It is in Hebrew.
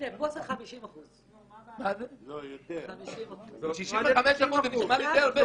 פה זה 50%. 65% נשמע לי די הרבה.